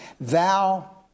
thou